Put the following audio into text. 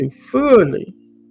fully